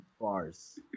Bars